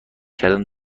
کردن